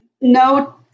no